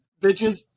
bitches